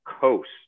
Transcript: coast